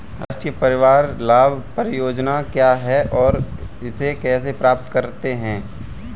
राष्ट्रीय परिवार लाभ परियोजना क्या है और इसे कैसे प्राप्त करते हैं?